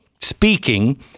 speaking